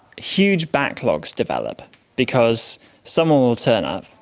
huge backlogs develop because someone will turn up,